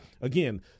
again